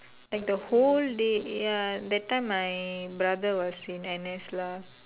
like the whole day ya that time my brother was in N_S lah